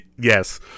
Yes